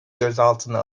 gözaltına